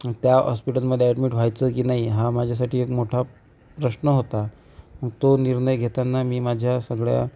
त्या हॉस्पिटलमध्ये ॲडमिट व्हायचं की नाही हा माझ्यासाठी एक मोठा प्रश्न होता तो निर्णय घेताना मी माझ्या सगळ्या